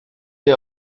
day